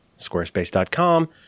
Squarespace.com